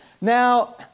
Now